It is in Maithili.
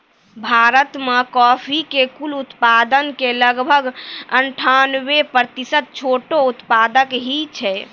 भारत मॅ कॉफी के कुल उत्पादन के लगभग अनठानबे प्रतिशत छोटो उत्पादक हीं छै